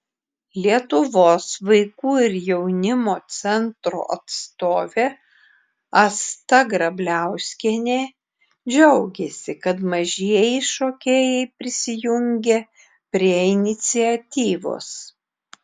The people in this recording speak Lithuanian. lietuvos vaikų ir jaunimo centro atstovė asta grabliauskienė džiaugėsi kad mažieji šokėjai prisijungė prie iniciatyvos